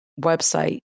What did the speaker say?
website